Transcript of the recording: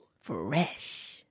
Fresh